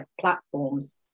platforms